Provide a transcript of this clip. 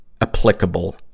applicable